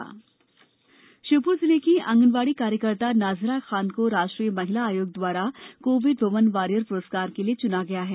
पुरस्कार आंगनवाड़ी श्योपुर जिले की आँगनवाड़ी कार्यकर्ता नाजिरा खान को राष्ट्रीय महिला आयोग द्वारा कोविड वुमन वॉरियर प्रस्कार के लिए चुना गया है